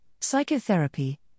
psychotherapy